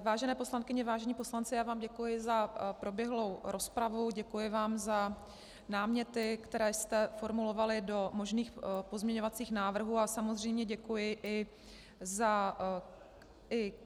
Vážené poslankyně, vážení poslanci, já vám děkuji za proběhlou rozpravu, děkuji vám za náměty, které jste formulovali do možných pozměňovacích návrhů, a samozřejmě děkuji i za